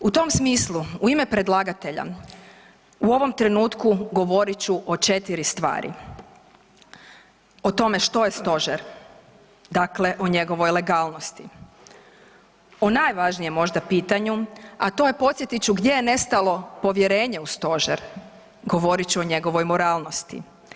U tom smislu u ime predlagatelja u ovom trenutku govorit ću o 4 stvari: o tome što je Stožer, dakle o njegovoj legalnosti, o najvažnijem možda pitanju, a to je podsjetit ću gdje je nestalo povjerenje u Stožer govorit ću o njegovoj moralnosti.